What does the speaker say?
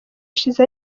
ishize